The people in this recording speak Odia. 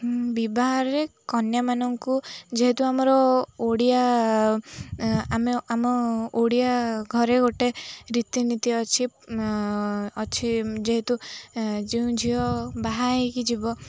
ବିବାହରେ କନ୍ୟାମାନଙ୍କୁ ଯେହେତୁ ଆମର ଓଡ଼ିଆ ଆମେ ଆମ ଓଡ଼ିଆ ଘରେ ଗୋଟେ ରୀତିନୀତି ଅଛି ଅଛି ଯେହେତୁ ଯେଉଁ ଝିଅ ବାହା ହେଇକି ଯିବ